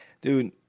dude